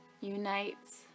unites